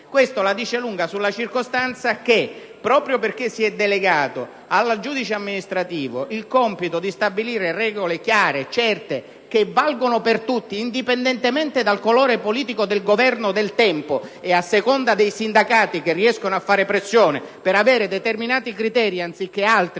Questo la dice lunga sulla circostanza, proprio perché si è delegato al giudice amministrativo il compito di stabilire regole chiare e certe che valgano per tutti, indipendentemente dal colore politico del Governo del tempo e dai sindacati che riescono a fare pressione per avere determinati criteri anziché altri